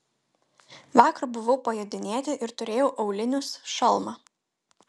vakar buvau pajodinėti ir turėjau aulinius šalmą